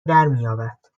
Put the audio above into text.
درمیابد